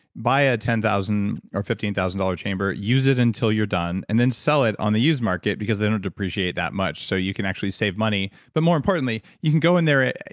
buy a ten thousand dollars or fifteen thousand dollars chamber. use it until you're done and then sell it on the used market, because they don't depreciate that much, so you can actually save money but more importantly, you can go in there,